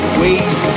ways